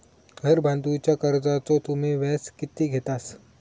घर बांधूच्या कर्जाचो तुम्ही व्याज किती घेतास?